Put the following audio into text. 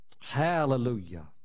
Hallelujah